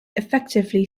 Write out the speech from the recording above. effectively